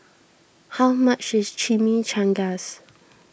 how much is Chimichangas